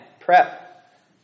prep